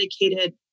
dedicated